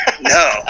No